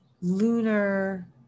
lunar